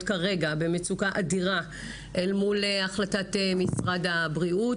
כרגע במצוקה אדירה אל מול החלטת משרד הבריאות.